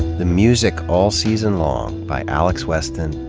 the music, all season long, by alex weston,